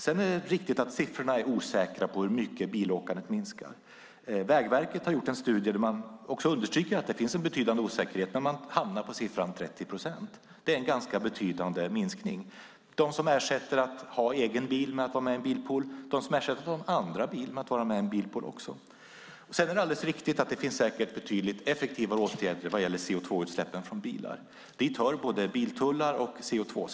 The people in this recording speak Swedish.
Det är riktigt att siffrorna är osäkra när det gäller hur mycket bilåkandet minskar. Vägverket har gjort en studie där man också understryker att det finns en betydande osäkerhet, men man hamnar på siffran 30 procent. Det är en ganska betydande minskning. Det finns de som ersätter att ha egen bil med att vara med i en bilpool och de som ersätter en andra bil med att vara med i en bilpool. Det finns säkert betydligt effektivare åtgärder när det gäller CO2-utsläppen från bilar. Dit hör både biltullar och CO2-skatt.